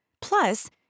Plus